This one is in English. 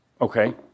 okay